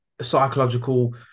psychological